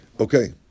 Okay